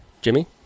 Jimmy